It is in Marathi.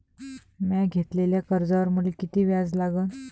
म्या घेतलेल्या कर्जावर मले किती व्याज लागन?